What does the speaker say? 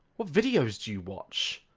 what videos do you watch?